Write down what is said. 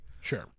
sure